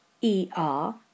E-R